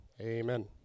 amen